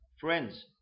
friends